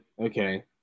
Okay